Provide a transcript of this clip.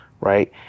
right